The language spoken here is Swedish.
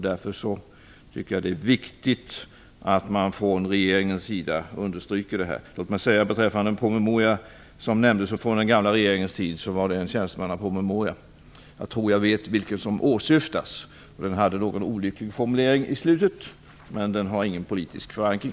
Därför tycker jag att det är viktigt att regeringen understryker detta. Den promemoria från den gamla regeringens tid som nämndes var en tjänstemannapromemoria. Jag tror jag vet vilken som åsyftas. Den hade en något olycklig formulering i slutet, men den har ingen politisk förankring.